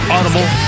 Audible